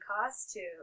costume